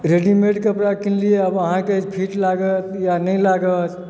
readymade कपड़ा किनलियै आब अहाँकेँ फिट लागत या नहि लागत